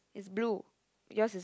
is blue yours is